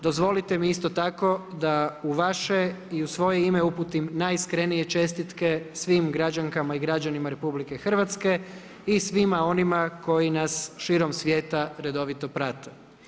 Dozvolite mi isto tako da u vaše i u svoje ime uputim najiskrenije čestitke svim građankama i građanima Republike Hrvatske i svima onima koji nas širom svijeta redovito prate.